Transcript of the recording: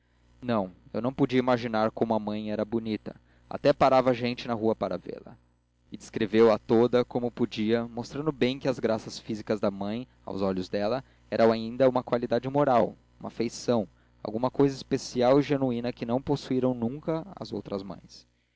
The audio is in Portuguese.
não eu não podia imaginar como a mãe era bonita até parava gente na rua para vê-la e descreveu a toda como podia mostrando bem que as graças físicas da mãe aos olhos dela eram ainda uma qualidade moral uma feição alguma cousa especial e genuína que não possuíram nunca as outras mães